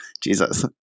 Jesus